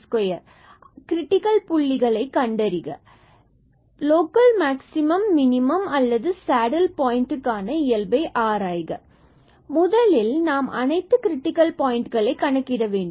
அனைத்து fxyx3 6x2 8y2 critical புள்ளிகளையும் கண்டறிக மற்றும் லோக்கல் மேக்ஸிமம் மினிமம் அல்லது சேடில் பாயின்ட் கான இயல்பை ஆராய்க முதலில் நாம் அனைத்து கிரிட்டிக்கல் பாயிண்ட்களை கணக்கிட வேண்டும்